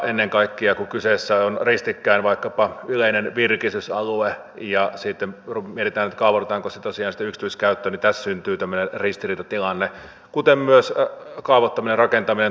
ennen kaikkea kun kyseessä on vaikkapa yleinen virkistysalue ja sitten mietitään kaavoitetaanko se tosiaan sitten yksityiskäyttöön tässä syntyy tämmöinen ristiriitatilanne kuten myös kaavoittamisessa ja rakentamisessa tulvariskialueelle